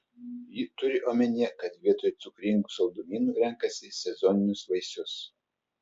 ji turi omenyje kad vietoj cukringų saldumynų renkasi sezoninius vaisius